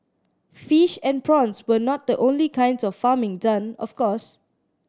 fish and prawns were not the only kinds of farming done of course